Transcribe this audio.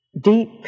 deep